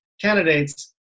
candidates